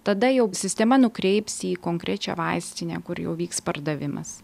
tada jau sistema nukreips į konkrečią vaistinę kur jau vyks pardavimas